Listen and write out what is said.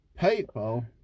PayPal